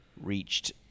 reached